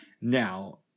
Now